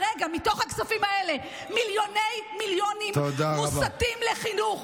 מתוך הכספים האלה מיליוני מיליונים מוסטים לחינוך,